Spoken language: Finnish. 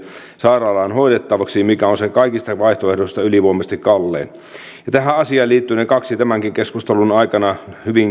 sairaalaan hoidettavaksi mikä on se kaikista vaihtoehdoista ylivoimaisesti kallein ja tähän asiaan liittyvät ne kaksi tämänkin keskustelun aikana hyvin